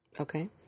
Okay